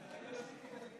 בבקשה.